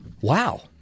Wow